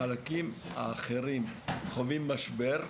החלקים האחרים חווים משבר,